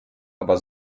aber